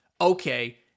okay